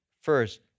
first